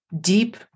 deep